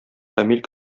камил